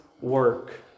work